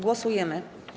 Głosujemy.